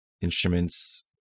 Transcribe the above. instruments